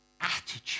attitude